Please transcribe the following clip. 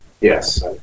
Yes